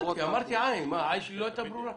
עבירות תעבורה.